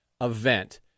event